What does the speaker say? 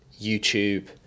YouTube